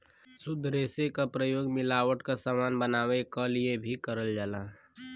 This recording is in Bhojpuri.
शुद्ध रेसे क प्रयोग मिलावट क समान बनावे क लिए भी करल जाला